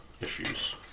issues